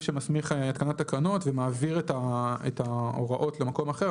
שמסמיך התקנת תקנות ומעביר את ההוראות למקום אחר,